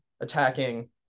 attacking